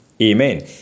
Amen